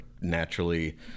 naturally